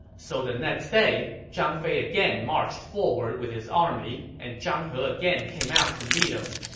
so the next day, zhang fei again marched forward with his army, and zhang he again came out to meet him.